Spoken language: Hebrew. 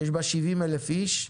שיש בה שבעים אלף איש,